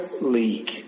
league